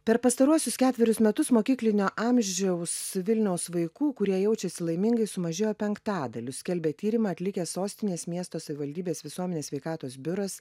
per pastaruosius ketverius metus mokyklinio amžiaus vilniaus vaikų kurie jaučiasi laimingais sumažėjo penktadaliu skelbia tyrimą atlikęs sostinės miesto savivaldybės visuomenės sveikatos biuras